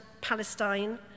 Palestine